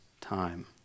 time